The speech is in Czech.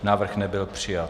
Návrh nebyl přijat.